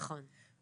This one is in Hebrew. נכון.